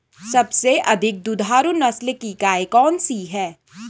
सबसे अधिक दुधारू नस्ल की गाय कौन सी है?